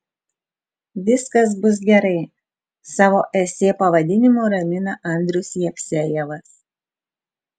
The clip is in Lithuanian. viskas bus gerai savo esė pavadinimu ramina andrius jevsejevas